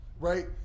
right